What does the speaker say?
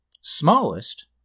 Smallest